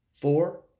four